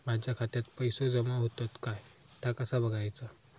माझ्या खात्यात पैसो जमा होतत काय ता कसा बगायचा?